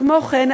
כמו כן,